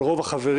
על רוב החברים.